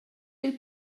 dil